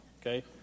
okay